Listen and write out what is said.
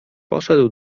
poszedł